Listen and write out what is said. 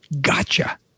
gotcha